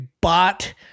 bought